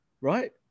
right